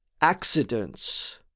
accidents